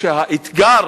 שהאתגר